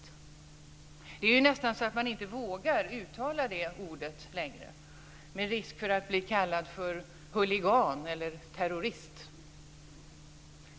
Det är nästan så att man inte vågar uttala det ordet längre med risk för att bli kallad huligan eller terrorist.